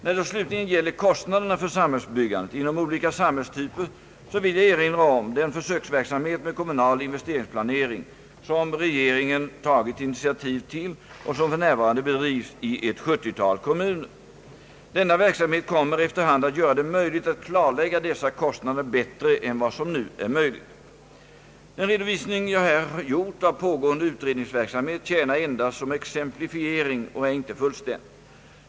När det slutligen gäller kostnaderna för samhällsbyggandet inom olika samhällstyper vill jag erinra om den försöksverksamhet med kommunal investeringsplanering som regeringen tagit initiativ till och som f.n. bedrivs i ett 70-tal kommuner. Denna verksamhet kommer efter hand att göra det möjligt att klarlägga dessa kostnader bättre än vad som nu är möjligt. Den redovisning jag här gjort av pågående utredningsverksamhet tjänar endast som exemplifiering och är inte fullständig.